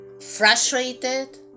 frustrated